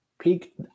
peak